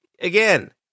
again